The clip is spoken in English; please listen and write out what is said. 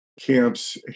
camps